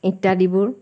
ইত্যাদিবোৰ